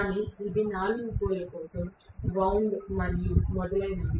కానీ ఇది 4 పోల్ కోసం వౌండ్ మరియు మొదలైనవి